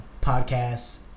podcasts